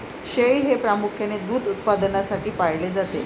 शेळी हे प्रामुख्याने दूध उत्पादनासाठी पाळले जाते